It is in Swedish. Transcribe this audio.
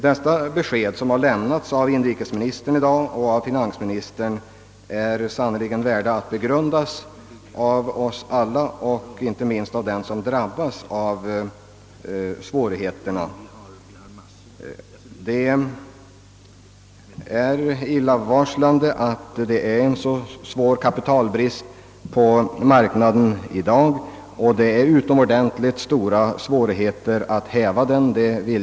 De besked som i dag lämnats av inrikesministern och finansministern är sannerligen värda att begrundas av oss alla, inte minst av dem som drabbas av svårigheterna. Det är illavarslande att det i dag föreligger så stor kapitalbrist på kreditmarknaden, och jag vill gärna erkänna att det är utomordentligt svårt att häva den.